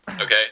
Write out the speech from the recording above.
okay